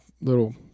little